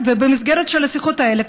במסגרת השיחות האלה,